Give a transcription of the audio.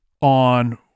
on